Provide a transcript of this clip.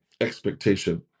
expectation